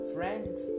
Friends